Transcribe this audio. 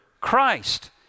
Christ